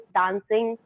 dancing